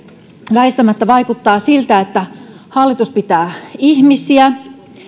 väistämättä vaikuttaa siltä että hallitus pitää ihmisiä